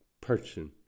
person